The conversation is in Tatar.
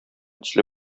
төсле